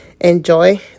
enjoy